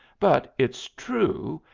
but it's true,